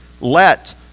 Let